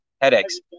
headaches